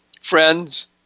friends